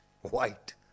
white